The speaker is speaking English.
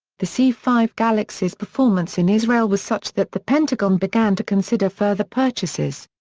the c five galaxy's performance in israel was such that the pentagon began to consider further purchases.